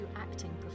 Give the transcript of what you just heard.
acting